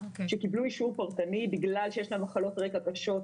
שקיבלו אישור פרטני בגלל שיש להם מחלות רקע קשות,